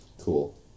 Cool